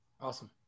Awesome